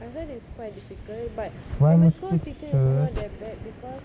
I heard it's quite difficult but primary school teacher is not that bad because